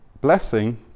blessing